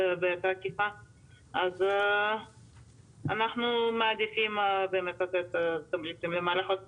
--- אנחנו מעדיפים לתת תמריצים במערכות כאלה.